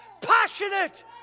passionate